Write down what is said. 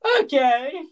Okay